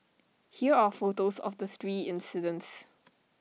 here are photos of the three incidents